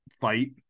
fight